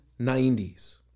90s